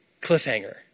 Cliffhanger